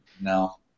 no